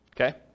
Okay